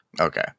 okay